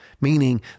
meaning